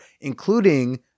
including